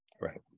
Right